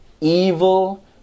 evil